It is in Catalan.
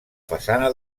façana